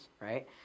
right